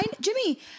Jimmy